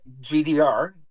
GDR